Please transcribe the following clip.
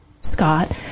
Scott